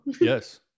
Yes